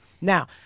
Now